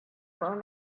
phone